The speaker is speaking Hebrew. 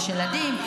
יש ילדים,